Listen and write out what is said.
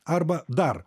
arba dar